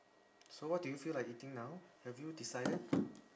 so what do you feel like eating now have you decided